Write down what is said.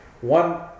One